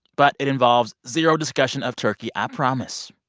but it involves zero discussion of turkey, i promise.